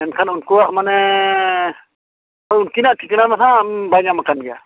ᱮᱱᱠᱷᱟᱱ ᱩᱱᱠᱩᱣᱟᱜ ᱢᱟᱱᱮ ᱩᱱᱠᱤᱱᱟᱜ ᱴᱷᱤᱠᱟᱱᱟ ᱢᱟ ᱦᱟᱜ ᱵᱟᱭ ᱧᱟᱢ ᱟᱠᱟᱱ ᱜᱮᱭᱟ